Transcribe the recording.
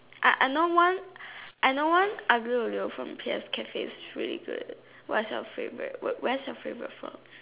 I I know one I know one Aglio-Olio from PS Cafe is really good what's your favourite where's your favourite from